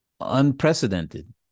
unprecedented